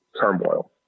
turmoil